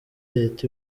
leta